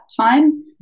time